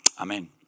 amen